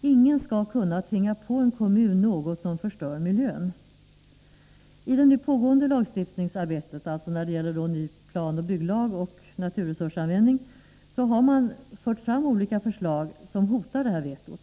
Ingen skall kunna tvinga på en kommun något som förstör miljön. I det nu pågående arbetet på en ny planoch bygglag och en lag om naturresursanvändning har olika förslag förts fram som hotar detta veto.